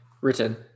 written